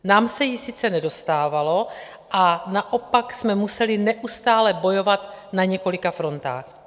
Nám se jí sice nedostalo a naopak jsme museli neustále bojovat na několika frontách.